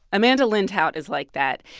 amanda lindhout is like that.